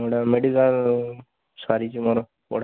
medical ସାରିଛି ମୋର ପଢ଼ା